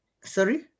Sorry